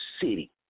city